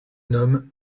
nomment